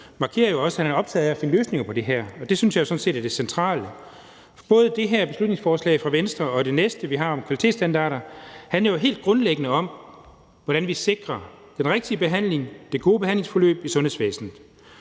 markerer jo også, at han er optaget af at finde løsninger på det her, og det synes jeg sådan set er det centrale. Både det her beslutningsforslag fra Venstre og det næste, vi har, om kvalitetsstandarder handler helt grundlæggende om, hvordan vi sikrer den rigtige behandling, det gode behandlingsforløb i sundhedsvæsenet.